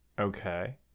okay